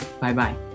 Bye-bye